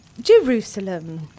Jerusalem